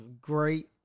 great